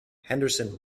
henderson